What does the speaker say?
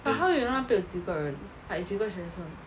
but 他们那边又有几个人 like 有几个学生